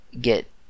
get